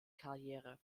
karriere